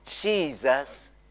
Jesus